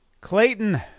Clayton